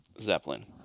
Zeppelin